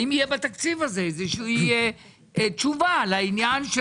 האם בתקציב הזה תהיה תשובה לעניין של